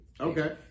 Okay